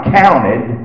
counted